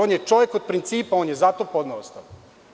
On je čovek od principa, on je zato podneo ostavku.